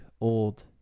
Old